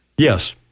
Yes